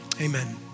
Amen